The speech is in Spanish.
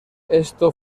esto